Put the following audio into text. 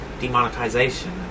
demonetization